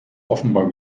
offenbar